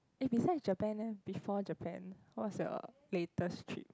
eh besides Japan eh before Japan what's your latest trip